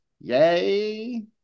Yay